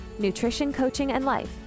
nutritioncoachingandlife